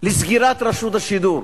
לסגירת רשות השידור,